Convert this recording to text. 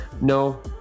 No